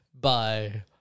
Bye